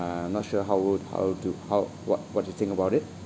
I'm not sure how would how do how what what do you think about it